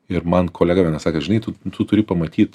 ir man kolega vienas sakė žinai tu tu turi pamatyt